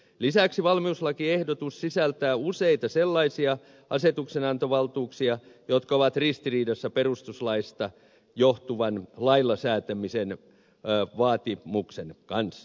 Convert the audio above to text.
lisäksi valmiuslakiehdotus sisältää useita sellaisia asetuksenantovaltuuksia jotka ovat ristiriidassa perustuslaista johtuvan lailla säätämisen vaatimuksen kanssa